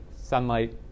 sunlight